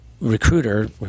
Recruiter